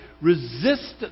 Resist